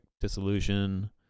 dissolution